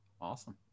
Awesome